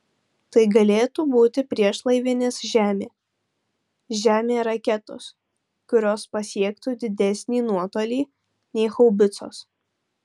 tai galėtų būti priešlaivinės žemė žemė raketos kurios pasiektų didesnį nuotolį nei haubicos